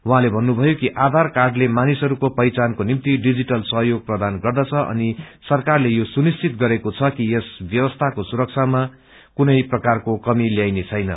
उहाँले भन्नुभयो कि आधार काइले कुनै व्याक्तिको पहिचानको निमित् डिजिटल सहयोग प्रदान गद्रछ अनिसरकारले यो सुनिश्चित गरेको द कि यस सव्यवसीको सुरक्षामा कुनै प्रकारको कमी ल्याइनेछैन